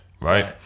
right